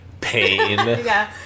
pain